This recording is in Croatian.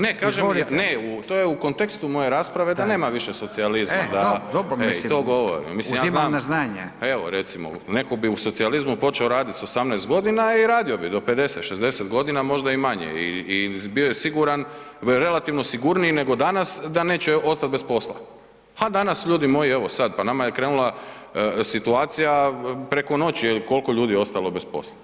Ne, kažem, ne, to je u kontekstu moje rasprave da nema više socijalizma [[Upadica Radin: E to, dobro, mislim.]] E, to govorim [[Upadica Radin: Uzimam na znanje.]] Evo, recimo, neko bi u socijalizmu počeo radit s 18 g. i radio bi do 50, 60 g., možda i manje i bio je siguran, relativno sigurniji nego danas da neće ostat posla. a danas ljudi moji, evo, sad pa nama je krenula situacija preko noći, koliko je ljudi ostalo bez posla.